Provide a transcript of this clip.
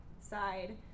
side